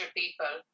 people